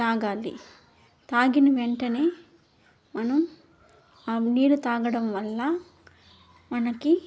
తాగాలి తాగిన వెంటనే మనం ఆ నీళ్ళు తాగడం వల్ల మనకి